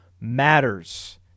matters